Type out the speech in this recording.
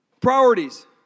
Priorities